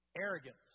Arrogance